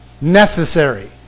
necessary